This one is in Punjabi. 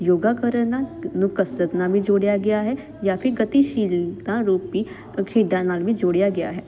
ਯੋਗਾ ਕਰਨ ਨਾਲ ਕਸਰਤ ਨਾਲ ਵੀ ਜੋੜਿਆ ਗਿਆ ਹੈ ਜਾਂ ਫਿਰ ਗਤੀਸ਼ੀਲਤਾ ਰੂਪੀ ਖੇਡਾਂ ਨਾਲ ਵੀ ਜੋੜਿਆ ਗਿਆ ਹੈ